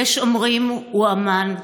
יש אומרים: הוא אָמן.